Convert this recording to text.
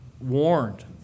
warned